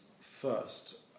first